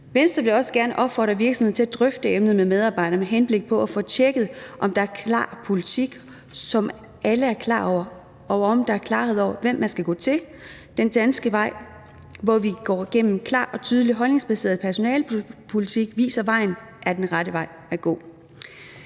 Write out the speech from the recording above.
Venstre vil også gerne opfordre virksomheder til at drøfte emnet med medarbejderne med henblik på at få tjekket, om der er en klar politik, altså en, som alle er klar over, og om der er klarhed over, hvem man skal gå til. Den danske vej, hvor vi gennem klar og tydelig holdningsbaseret personalepolitik viser vejen, er den rette vej at gå.